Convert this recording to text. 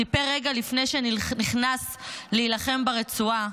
סיפר רגע לפני שנכנס להילחם ברצועה: